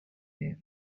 سرقت